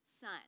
son